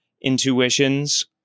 intuitions